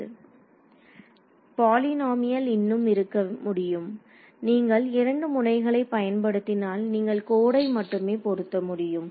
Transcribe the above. மாணவர் பாலினாமியல் இன்னும் இருக்க முடியும் நீங்கள் இரண்டு முனைகளை பயன்படுத்தினால் நீங்கள் கோடை மட்டுமே பொருத்த முடியும்